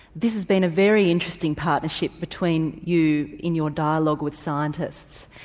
this has been a very interesting partnership between you in your dialogue with scientists.